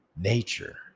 nature